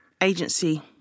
agency